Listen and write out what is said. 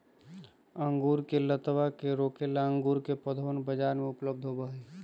अंगूर के लतावा के रोके ला अंगूर के पौधवन बाजार में उपलब्ध होबा हई